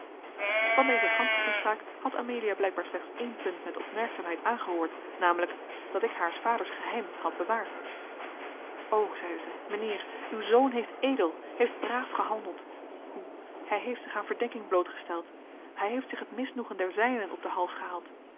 van deze gansche toespraak had amelia blijkbaar slechts één punt met opmerkzaamheid aangehoord namelijk dat ik haars vaders geheim had bewaard o zeide zij mijnheer uw zoon heeft edel heeft braaf gehandeld hoe hij heeft zich aan verdenking blootgesteld hij heeft zich het misnoegen der zijnen op den hals gehaald